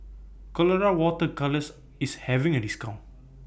Colora Water Colours IS having A discount